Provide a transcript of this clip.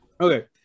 Okay